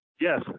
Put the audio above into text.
Yes